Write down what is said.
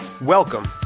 Welcome